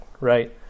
right